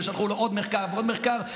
ושלחו לו עוד מחקר ועוד מחקר,